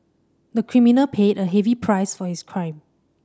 the criminal paid a heavy price for his crime